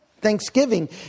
Thanksgiving